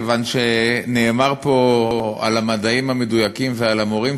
כיוון שנאמר פה על המדעים המדויקים ועל המורים,